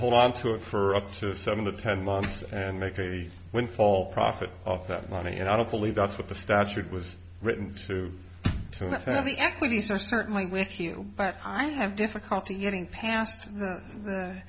hold onto it for up to seven to ten months and make a windfall profit off that money and i don't believe that's what the statute was written to and the equities are certainly with you but i have difficulty getting past the